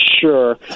sure